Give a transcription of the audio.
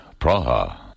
Praha